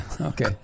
okay